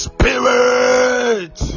Spirit